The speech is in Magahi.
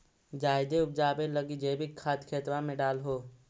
जायदे उपजाबे लगी जैवीक खाद खेतबा मे डाल हो?